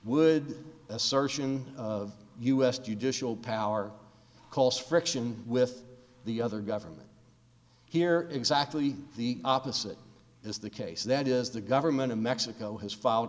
would assertion of u s judicial power cause friction with the other government here exactly the opposite is the case that is the government of mexico has filed